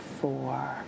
Four